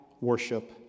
worship